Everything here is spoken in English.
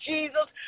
Jesus